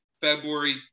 February